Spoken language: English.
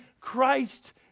Christ